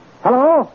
Hello